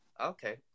Okay